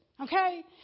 okay